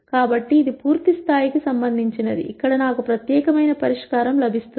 కాబట్టి ఇది పూర్తి స్థాయికి సంబంధించినది ఇక్కడ నాకు ప్రత్యేకమైన పరిష్కారం లభిస్తుంది